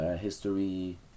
History